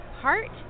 Heart